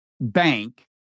Bank